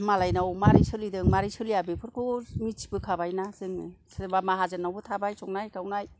मालायनाव मारै सोलिदों मारै सोलिया बेफोरखौ मिथिबोखाबायना जोङो सोरबा माहाजोननावबो थाबाय संनाय खावनाय